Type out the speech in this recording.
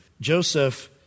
Joseph